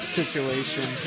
situation